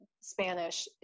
Spanish